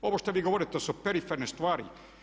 Ovo što vi govorite su periferne stvari.